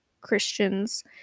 Christians